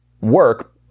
work